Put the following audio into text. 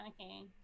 Okay